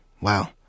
Wow